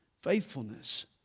Faithfulness